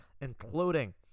including